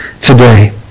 today